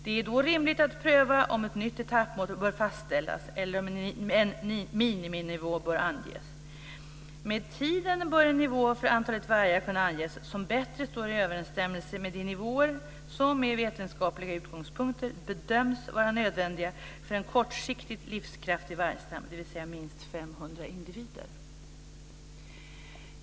Det är då rimligt att pröva om ett nytt etappmål bör fastställas eller om en ny miniminivå bör anges. Med tiden bör en nivå för antalet vargar kunna anges som bättre står i överensstämmelse med de nivåer som med vetenskapliga utgångspunkter bedöms vara nödvändiga för en kortsiktigt livskraftig vargstam, dvs. minst 500 individer.